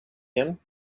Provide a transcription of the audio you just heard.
him